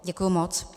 Děkuju moc.